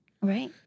Right